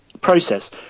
process